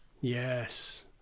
Yes